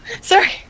sorry